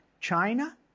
China